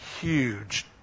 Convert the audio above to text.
huge